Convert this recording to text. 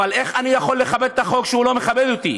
אבל איך אני יכול לכבד את החוק כשהוא לא מכבד אותי,